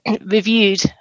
reviewed